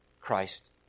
Christ